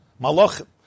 Malachim